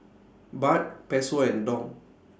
Baht Peso and Dong